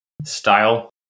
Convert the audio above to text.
style